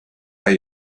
are